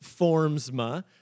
Formsma